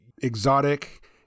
exotic